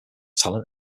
talent